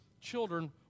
children